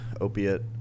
opiate